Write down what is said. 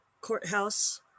courthouse